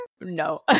No